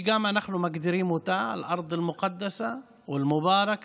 שגם אנחנו מגדירים אותה אל-ארד אל-מוקדסה ואל-מובארכה,